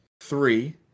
three